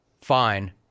Fine